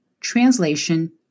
translation